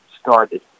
started